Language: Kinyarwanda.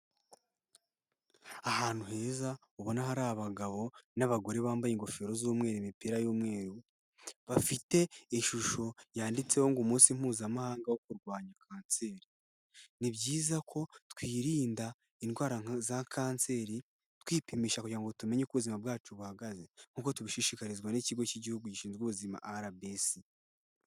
Ahantu heza ubona hari abagabo n'abagore bambaye ingofero z'umweru, imipira y'umweru, bafite ishusho yanditseho ngo:" Umunsi Mpuzamahanga wo kurwanya kanseri." Ni byiza ko twirinda indwara nka za kanseri, twipimisha kugira ngo tumenye uko ubuzima bwacu buhagaze nk'uko tubishishikarizwa n'Ikigo cy'Igihugu gishinzwe Ubuzima RBC.